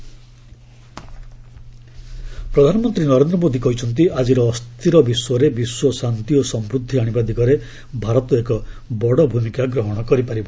PM HOM conference ପ୍ରଧାନମନ୍ତ୍ରୀ ନରେନ୍ଦ୍ର ମୋଦି କହିଛନ୍ତି ଆଜିର ଅସ୍ଥିର ବିଶ୍ୱରେ ବିଶ୍ୱ ଶାନ୍ତି ଓ ସମୃଦ୍ଧି ଆଣିବା ଦିଗରେ ଭାରତ ଏକ ବଡ଼ ଭୂମିକା ଗ୍ରହଣ କରିପାରିବ